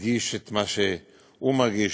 מדגיש את מה שהוא מרגיש,